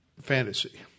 fantasy